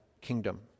kingdom